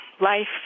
life